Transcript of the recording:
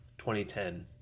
2010